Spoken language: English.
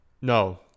No